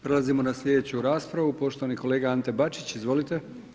Prelazimo na slijedeću raspravu, poštovani kolega Ante Bačić, izvolite.